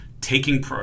taking—